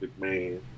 McMahon